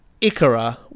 Ikara